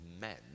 men